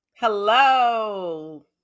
Hello